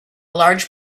large